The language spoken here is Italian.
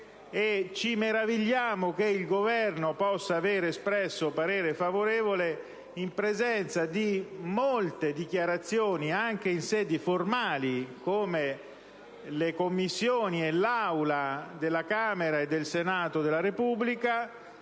Ci meravigliamo che il Governo possa aver espresso parere favorevole in presenza di molte dichiarazioni, anche in sedi formali come le Commissioni e l'Aula della Camera dei deputati e del Senato della Repubblica,